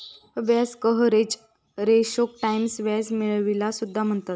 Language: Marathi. व्याज कव्हरेज रेशोक टाईम्स व्याज मिळविलेला सुद्धा म्हणतत